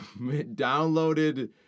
downloaded